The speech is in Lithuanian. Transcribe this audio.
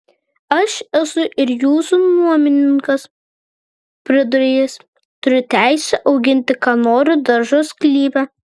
aš esu ir jūsų nuomininkas priduria jis turiu teisę auginti ką noriu daržo sklype